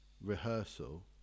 rehearsal